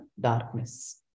darkness